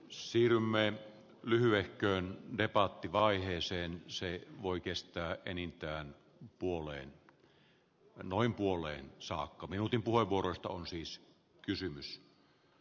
siirrymme lyhyehköön debatti vaiheeseen se ei voi kestää enintään puoleen noin puoleen saakka minuutin puheenvuorot on siis kysymys